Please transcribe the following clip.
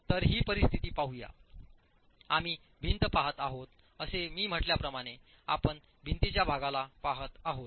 तर ही परिस्थिती पाहूया आम्ही भिंत पहात आहोत असे मी म्हटल्याप्रमाणे आपण भिंतीच्या भागाला पहात आहोत